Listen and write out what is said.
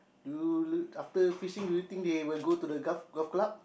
do after fishing do you think they will go to the gulf golf club